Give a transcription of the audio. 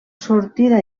sortida